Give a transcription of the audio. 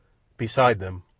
beside them,